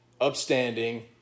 upstanding